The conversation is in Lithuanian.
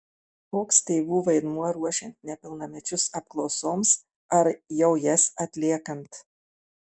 koks tėvų vaidmuo ruošiant nepilnamečius apklausoms ar jau jas atliekant